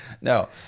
No